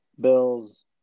Bills